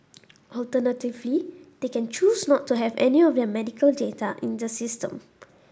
alternatively they can choose not to have any of their medical data in the system